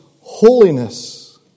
holiness